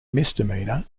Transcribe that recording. misdemeanor